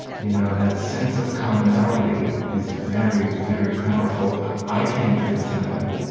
you know that sense of commonality is very, very powerful. i can't give it to them,